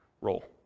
role